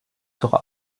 sera